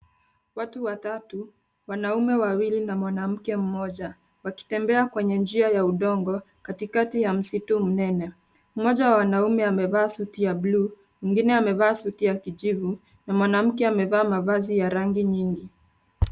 Watu watatu, wanaume wawili na mwanamke mmoja, wakitembea kwenye njia ya udongo, katikati ya msitu mnene. Mmoja wa wanaume amevaa suti ya buluu, mwingine amevaa suti ya kijivu na mwanamke amevaa mavazi ya rangi nyingi.